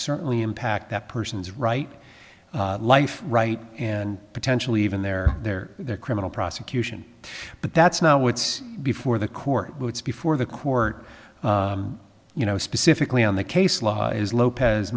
certainly impact that person's right life right and potentially even their their criminal prosecution but that's not what's before the court before the court you know specifically on the case law is lopez